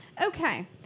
okay